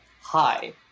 hi